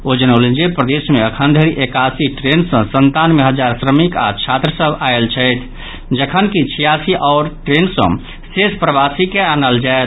ओ जनौलनि जे प्रदेश मे अखन धरि इक्यासी ट्रेन सँ संतानवे हजार श्रमिक आओर छात्र सभ आयल छथि जखनकि छियासी आओर ट्रेन सँ शेष प्रवासी के आनल जायत